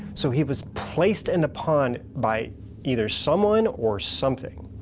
so he was placed in the pond by either someone or something.